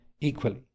equally